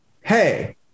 hey